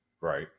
Right